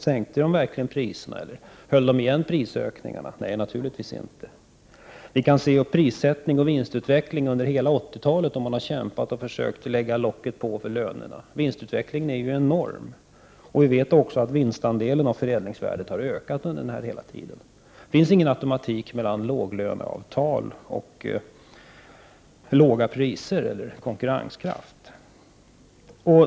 Sänkte de verkligen priserna, eller höll de igen i fråga om prisökningarna? Nej, naturligtvis inte. Vi kan se hur prissättning och vinstutveckling har varit under hela 80-talet, då man har kämpat och försökt lägga locket på för lönerna. Vinstutvecklingen är ju enorm. Vi vet också att vinstandelen av förädlingsvärdet har ökat under hela denna tid. Det finns ingen automatik mellan låglöneavtal och låga priser eller konkurrenskraft.